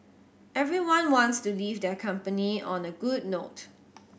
everyone wants to leave their company on a good note